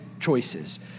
choices